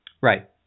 Right